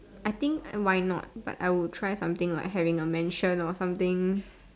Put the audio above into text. I think why not but I would try something like having a mansion or something